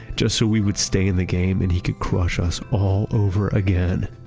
just so we would stay in the game and he could crush us all over again.